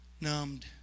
numbed